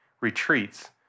retreats